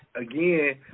again